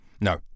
No